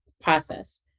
process